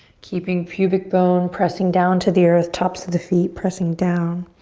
keeping pubic bone pressing down to the earth. tops of the feet pressing down.